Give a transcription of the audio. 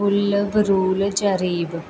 ਫੁੱਲ ਵਰੂਲ ਜਰੀਬ